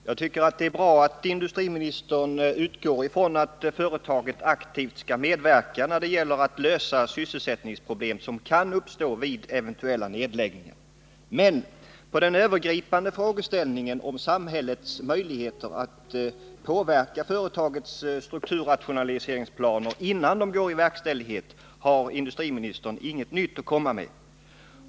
Herr talman! Jag ber att få tacka statsrådet för svaret. Jag tycker det är bra att industriministern utgår från att företaget aktivt skall medverka för att lösa sysselsättningsproblem som kan uppstå vid eventuella nedläggningar. Men beträffande den övergripande frågeställningen om samhällets möjligheter att påverka företagets strukturrationaliseringsplaner innan de går i verkställig 4 het har industriministern inget nytt att komma med.